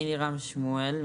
אני לירם שמואל,